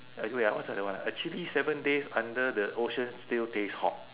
uh wait ah what's the that one ah actually seven days under the ocean still taste hot